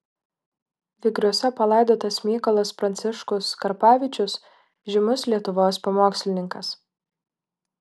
vygriuose palaidotas mykolas pranciškus karpavičius žymus lietuvos pamokslininkas